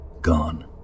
Gone